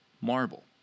Marble